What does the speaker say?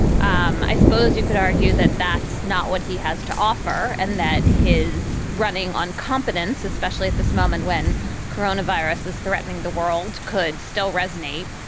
um i suppose you could argue that that's not what he has to offer and that his running on competence, especially at this moment when coronavirus is threatening the world, could still resonate.